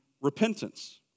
repentance